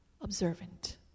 observant